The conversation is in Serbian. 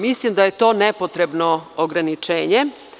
Mislim da je nepotrebno ograničenje.